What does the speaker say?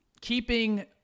keeping